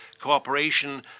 cooperation